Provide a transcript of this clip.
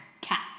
cat